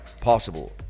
possible